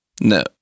No